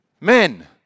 Men